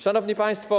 Szanowni Państwo!